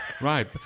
Right